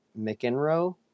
McEnroe